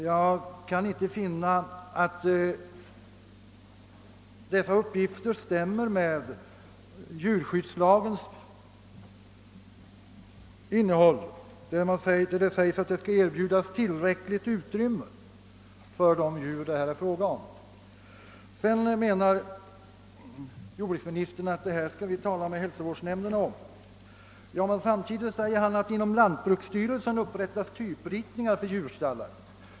Jag kan inte finna att dessa uppgifter stämmer med djurskyddslagen, där det sägs att tillräckligt utrymme skall erbjudas de djur det här är fråga om. Jordbruksministern menar att vi skall tala med hälsovårdsnämnderna om dessa frågor. Samtidigt säger han att det inom lantbruksstyrelsen upprättas typritningar för djurstallar.